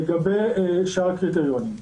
לגבי שאר הקריטריונים,